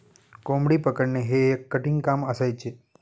कोंबडी पकडणे हे एक कठीण काम असायचे